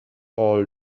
all